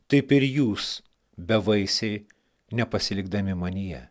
taip ir jūs bevaisiai nepasilikdami manyje